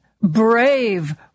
brave